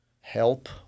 help